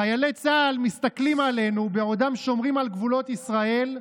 חיילי צה"ל מסתכלים עלינו בעודם שומרים על גבולות ישראל,